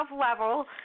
level